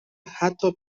حتی